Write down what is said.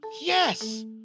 Yes